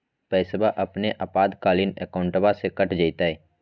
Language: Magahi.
पैस्वा अपने आपातकालीन अकाउंटबा से कट जयते?